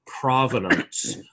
provenance